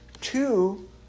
two